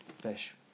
fish